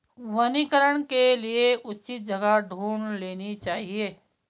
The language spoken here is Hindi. वनीकरण के लिए उचित जगह ढूंढ लेनी चाहिए